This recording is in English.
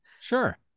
Sure